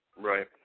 Right